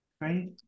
Right